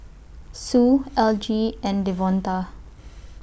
Sue Elgie and Devonta